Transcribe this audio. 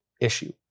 issue